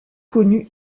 connue